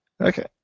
Okay